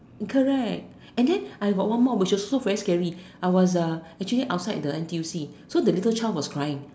correct and then I got one more which is also very scary I was actually outside N_T_U_C so the little child was crying